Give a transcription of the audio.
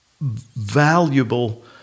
valuable